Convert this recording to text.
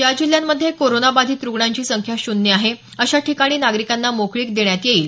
ज्या जिल्ह्यांमध्ये कोरोना बाधित रूग्णांची संख्या शून्य आहे अशा ठिकाणी नागरिकांना मोकळीक देण्यात येईल